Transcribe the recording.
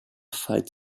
fight